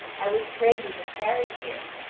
i would pray you to tarry here.